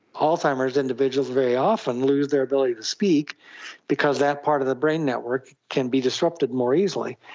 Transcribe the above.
alzheimer's individuals very often lose their ability to speak because that part of the brain network can be disrupted more easily.